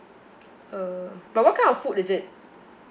uh but what kind of food is it